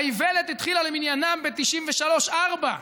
האיוולת התחילה ב-1994-1993 למניינם,